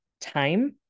time